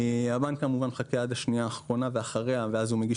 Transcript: הבנק כמובן מחכה עד השנייה האחרונה ואחריה ואז הוא מגיש